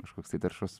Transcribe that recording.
kažkoks tai taršus